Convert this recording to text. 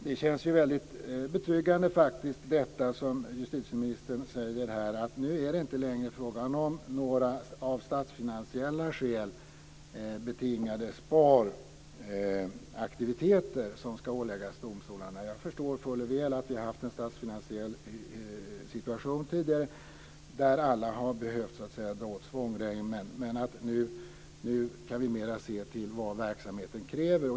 Det känns väldigt betryggande när justitieministern säger att det nu inte längre är fråga om några av statsfinansiella skäl betingade sparaktiviteter som ska åläggas domstolarna. Jag förstår fuller väl att vi haft en statsfinansiell situation tidigare där alla har behövt dra åt svångremmen. Nu kan vi mera se till vad verksamheten kräver.